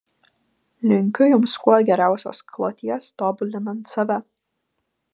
linkiu jums kuo geriausios kloties tobulinant save